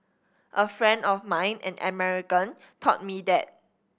a friend of mine an American taught me that